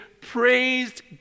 praised